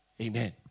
Amen